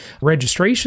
registration